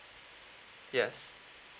yes